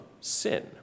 sin